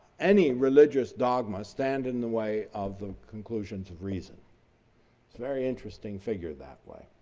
any religious dogma stand in the way of the conclusion to reason. it's very interesting figure that way.